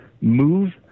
move